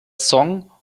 song